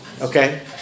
Okay